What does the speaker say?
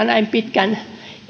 näin pitkän